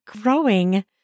growing